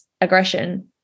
aggression